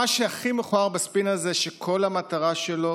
מה שהכי מכוער בספין הזה הוא שכל המטרה שלו